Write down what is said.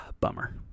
bummer